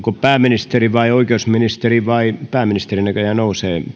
pääministeri vai oikeusministeri pääministeri näköjään nousee